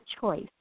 choice